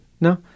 No